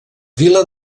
vila